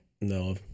No